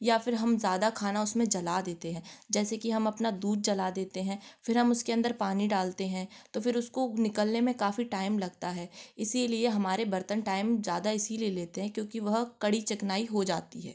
या फ़िर हम ज़्यादा खाना उसमें जला देते हैं जैसे कि हम अपना दूध जला देते हैं फिर हम उसके अंदर पानी डालते हैं तो फिर उसको निकलने में काफ़ी टाइम लगता है इसीलिए हमारे बर्तन टाइम ज्यादा इसीलिए लेते हैं क्योकि वह कड़ी चिकनाई हो जाती है